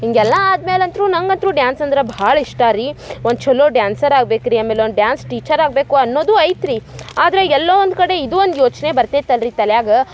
ಹೀಗೆಲ್ಲ ಆದ್ಮೇಲೆ ಅಂತ್ರು ನನ್ಗಂತ್ರು ಡ್ಯಾನ್ಸ್ ಅಂದ್ರ ಭಾಳ ಇಷ್ಟ ರೀ ಒನ್ ಛಲೋ ಡ್ಯಾನ್ಸರ್ ಆಗ್ಬೇಕು ರೀ ಆಮೇಲೆ ಒನ್ ಡ್ಯಾನ್ಸ್ ಟೀಚರ್ ಆಗಬೇಕು ಅನ್ನೋದು ಐತೆ ರೀ ಆದ್ರ ಎಲ್ಲೋ ಒಂದು ಕಡೆ ಇದು ಒಂದು ಯೋಚನೆ ಬರ್ತೈತೆ ಅಲ್ರಿ ತಲ್ಯಾಗ